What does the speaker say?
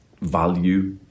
value